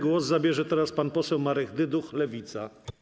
Głos zabierze teraz pan poseł Marek Dyduch, Lewica.